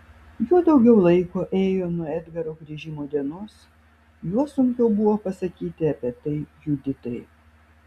juo daugiau laiko ėjo nuo edgaro grįžimo dienos juo sunkiau buvo pasakyti apie tai juditai